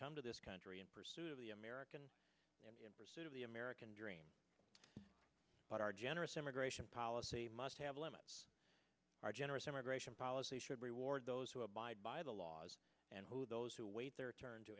come to this country in pursuit of the american in pursuit of the american dream but our generous immigration policy must have limits our generous immigration policy should reward those who abide by the laws and who those who wait their turn to